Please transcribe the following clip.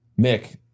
Mick